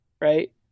right